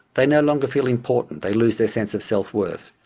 they no longer feel important. they lose their sense of self-worth.